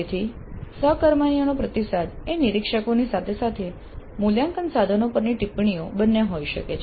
તેથી સહકર્મીઓનો પ્રતિસાદ એ નિરીક્ષકો ની સાથે સાથે મૂલ્યાંકન સાધનો પરની ટિપ્પણીઓ બંને હોઈ શકે છે